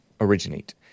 Originate